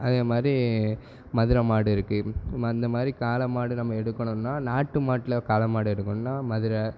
அதே மாதிரி மதுரை மாடு இருக்கு அந்த மாதிரி காளை மாடு நம்ம எடுக்கணுன்னா நாட்டு மாட்டில் காளை மாடு எடுக்கணுன்னா மதுரை